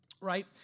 right